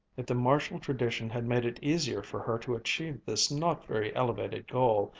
if the marshall tradition had made it easier for her to achieve this not very elevated goal,